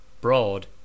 Broad